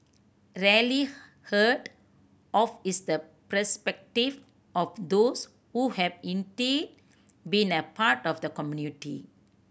rarely heard of is the perspective of those who have indeed been a part of the community